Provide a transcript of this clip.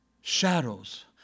Shadows